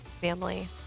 family